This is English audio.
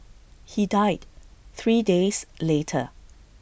he died three days later